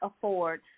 afford